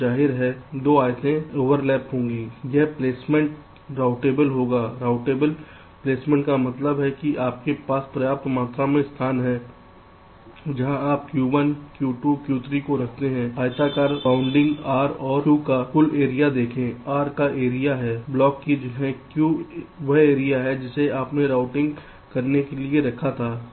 तो जाहिर है कि दो आयतें ओवरलैप होंगी यह प्लेसमेंट राउटेबल होगा प्लेसमेंट राउटेबल का मतलब है कि आपके पास पर्याप्त मात्रा में स्थान है जहां आप Q1 Q2 Q3 को रखते है आयताकार बाउंडिंग R और Q का कुल एरिया देखें R का एरिया है ब्लॉक की जगह Q वह एरिया है जिसे आपने रूटिंग करने के लिए रखा था